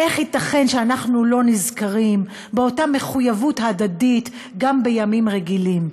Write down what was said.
איך ייתכן שאנחנו לא נזכרים באותה מחויבות הדדית גם בימים רגילים,